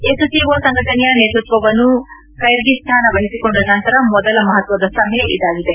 SCO ಸಂಘಟನೆಯ ನೇತೃತ್ವವನ್ನು Kyrgyzstan ವಹಿಸಿಕೊಂಡ ನಂತರ ಮೊದಲ ಮಹತ್ವದ ಸಭೆ ಇದಾಗಿದೆ